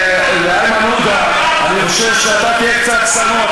איימן עודה, אני חושב שאתה, תהיה קצת צנוע.